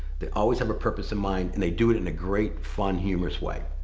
they always have a purpose in mind, and they do it in a great fun, humorous way.